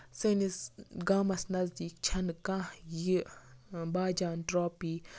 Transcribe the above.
سٲنِس گامَس نَزدیٖک چھنہٕ کانہہ یہِ باجان ٹراپی